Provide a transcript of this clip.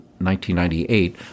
1998